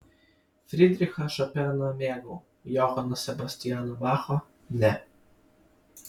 fridrichą šopeną mėgau johano sebastiano bacho ne